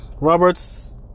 Roberts